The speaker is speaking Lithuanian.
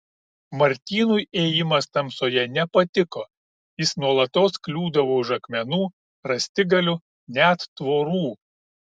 martynui ėjimas tamsoje nepatiko jis nuolatos kliūdavo už akmenų rąstigalių net tvorų